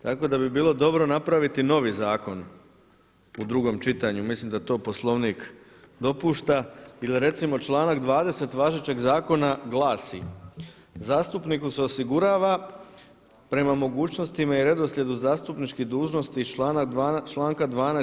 Tako da bi bilo dobro napraviti novi zakon u drugom čitanju, mislim da to Poslovnik dopušta i da recimo članak 20. važećeg zakona glasi „Zastupniku se osigurava prema mogućnostima i redoslijedu zastupničkih dužnosti iz članka 12.